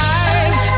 eyes